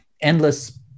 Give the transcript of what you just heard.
endless